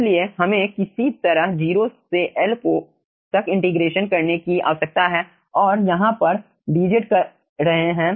इसलिए हमें इसी तरह 0 से L को तक इंटीग्रेशन करने की आवश्यकता है और यहाँ पर dz कर रहे हैं